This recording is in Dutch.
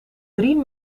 drie